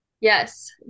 Yes